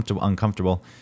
uncomfortable